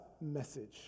message